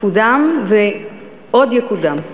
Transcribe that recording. קודם, ועוד יקודם.